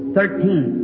Thirteen